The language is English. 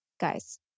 guys